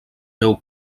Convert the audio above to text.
veu